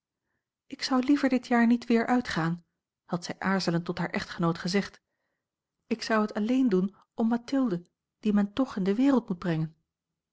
ik zou liever dit jaar niet weer uitgaan had zjj aarzelend tot haar echtgenoot gezegd ik zou het alleen doen om mathilde die men toch in de wereld moet brengen